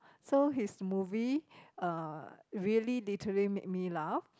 so his movie uh really literally make me laugh